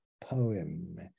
poem